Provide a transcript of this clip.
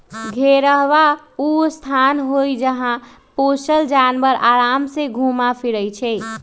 घेरहबा ऊ स्थान हई जहा पोशल जानवर अराम से घुम फिरइ छइ